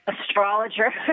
astrologer